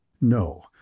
No